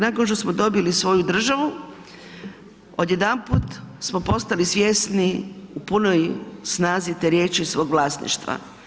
Nakon što smo dobili svoju državu, odjedanput smo postali svjesni u punoj snazi te riječi, svog vlasništva.